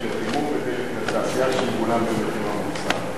ודלק לחימום ודלק לתעשייה, שמגולם במחיר המוצר,